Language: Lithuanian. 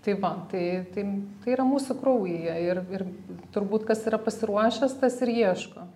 tai va tai tai tai yra mūsų kraujyje ir ir turbūt kas yra pasiruošęs tas ir ieško